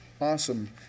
awesome